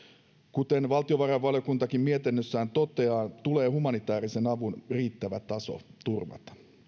kuten valtiovarainvaliokuntakin mietinnössään toteaa tulee humanitäärisen avun riittävä taso turvata